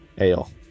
Ale